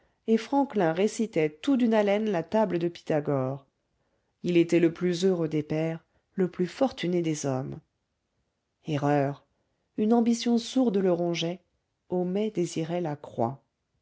et franklin récitait tout d'une haleine la table de pythagore il était le plus heureux des pères le plus fortuné des hommes erreur une ambition sourde le rongeait homais désirait